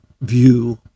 view